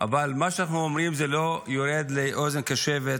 אבל מה שאנחנו אומרים לא יורד לאוזן קשבת.